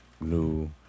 new